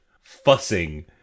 fussing